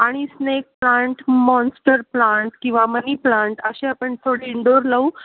आणि snake plant monster plant किंवा money plant असे आपण थोडे इंडोअर लावू